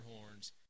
horns